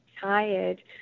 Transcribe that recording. tired